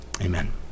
Amen